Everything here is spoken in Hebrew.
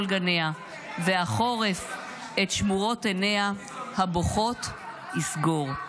גניה / והחורף את שמורות עיניה / הבוכות יסגור.